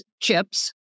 chips